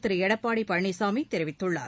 திரு எடப்பாடி பழனிசாமி தெரிவித்துள்ளார்